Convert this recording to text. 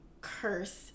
curse